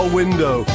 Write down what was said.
window